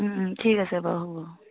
ঠিক আছে বাৰু হ'ব